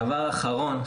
דבר אחרון,